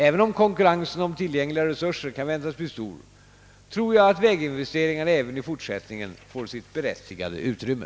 Även om konkurrensen om tillgängliga resurser kan väntas bli stor tror jag att väginvesteringarna även i fortsättningen får sitt berättigade utrymme.